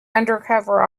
undercover